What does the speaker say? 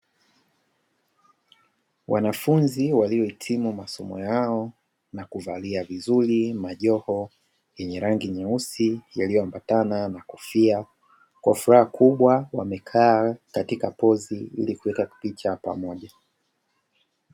Wanafunzi waliohitimu masomo yao nakuvalia vizuri majoho yenye rangi nyeusi, yaliyoambatana na kofia kwa furaha kubwa wamekaa katika pozi ilikuweka picha pamoja.